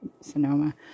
Sonoma